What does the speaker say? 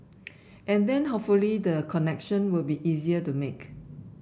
and then hopefully the connection will be easier to make